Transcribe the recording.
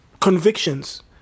convictions